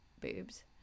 Boobs